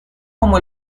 como